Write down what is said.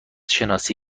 شناسی